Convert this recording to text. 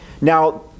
Now